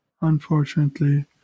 unfortunately